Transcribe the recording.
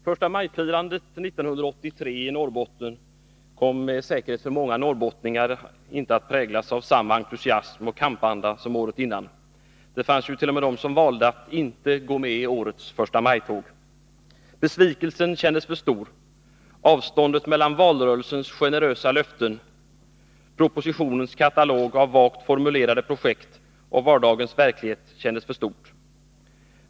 Herr talman! Första maj-firandet 1983 i Norrbotten kom säkert för många norrbottningar inte att präglas av samma entusiasm och kampanda som året innan. Det fanns ju t.o.m. de som valde att inte gå med i årets första maj-tåg! Besvikelsen kändes för stor. Avståndet mellan valrörelsens generösa löften — propositionens katalog av vagt formulerade projekt — och vardagens verklighet kändes för stort.